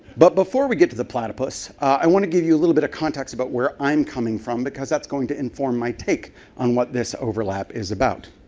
but before we get to the platypus, i want to give you a little bit of context about where i'm coming from, because that's going to inform my take on what this overlap is about.